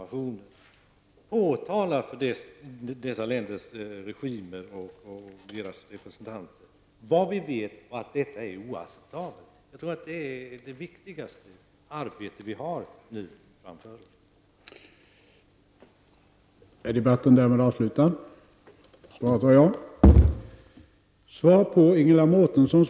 Vi måste påtala för dessa länders regimer och deras representanter vad vi vet och att dessa förhållanden är oacceptabla. Det är det viktigaste arbetet vi nu har framför oss.